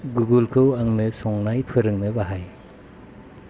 गुगोलखौ आंनो संनाय फोरोंनो बाहाय